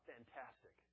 Fantastic